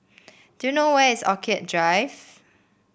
do you know where is Orchid Drive